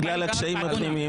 בגלל הקשיים הפנימיים